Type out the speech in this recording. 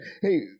Hey